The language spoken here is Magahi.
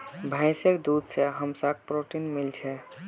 भैंसीर दूध से हमसाक् प्रोटीन मिल छे